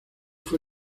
fue